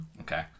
Okay